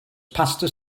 pasta